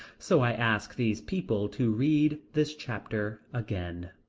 so i ask these people to read this chapter again.